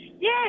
Yes